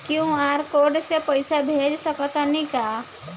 QR code से पईसा भेज सक तानी का?